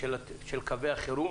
של קווי החירום